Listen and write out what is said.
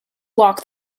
walk